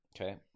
Okay